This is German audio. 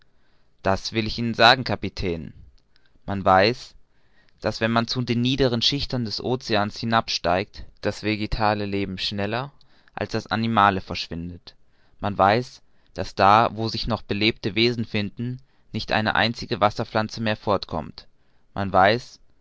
das will ich ihnen sagen kapitän man weiß daß wenn man zu den niederen schichten des oceans hinabsteigt das vegetale leben schneller als das animale verschwindet man weiß daß da wo sich noch belebte wesen finden nicht eine einzige wasserpflanze mehr fortkommt man weiß